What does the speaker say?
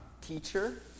teacher